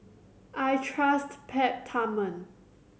I trust Peptamen